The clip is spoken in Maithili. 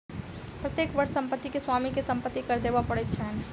प्रत्येक वर्ष संपत्ति के स्वामी के संपत्ति कर देबअ पड़ैत छैन